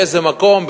באיזה מקום,